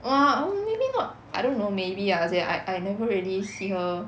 !wah! um maybe not I don't know maybe lah as in I I never really see her